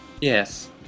Yes